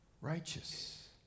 righteous